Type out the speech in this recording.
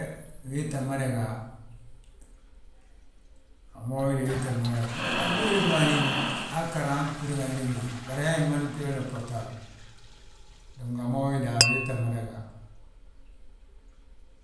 Wii tta mada gaa, a mo we de wii tta mada gaa. Ndu uwéeti mo anín, aa ggaraŋ, aa ttúur ganti ngi wil, bari hee manibilena bbortabulu. Dong a mo we daal wii tta mada ga.